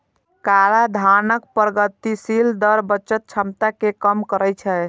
कराधानक प्रगतिशील दर बचत क्षमता कें कम करै छै